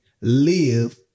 live